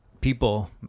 people